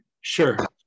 Sure